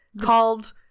called